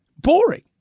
boring